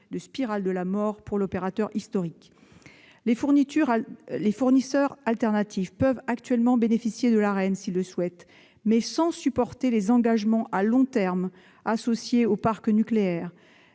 « spirale de la mort » pour l'opérateur historique. Les fournisseurs alternatifs peuvent actuellement bénéficier de l'Arenh s'ils le souhaitent, mais sans supporter les engagements à long terme associés à l'exploitation